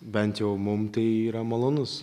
bent jau mum tai yra malonus